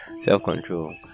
self-control